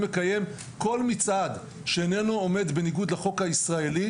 לקיים כל מצעד שאיננו עומד בניגוד לחוק הישראלי,